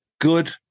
good